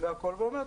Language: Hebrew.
שאומר: